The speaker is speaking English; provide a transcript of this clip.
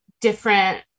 different